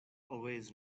always